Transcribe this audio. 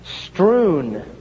strewn